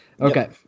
Okay